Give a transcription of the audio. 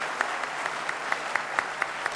(מחיאות כפיים)